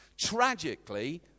Tragically